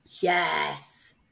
Yes